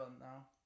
now